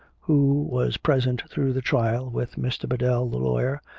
who was present through the trial with mr. biddell the lawyer,